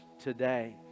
today